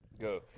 Go